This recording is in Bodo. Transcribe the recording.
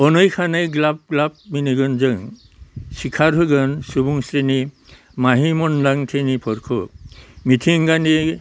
अनै खानै ग्लाब ग्लाब मिनिगोन जों सिखारहोगोन सुबुंस्रिनि माहि मोनदांथिनिफोरखौ मिथिंगानि